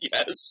Yes